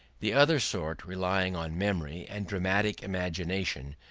the other sort, relying on memory and dramatic imagination,